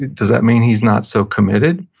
does that mean he's not so committed?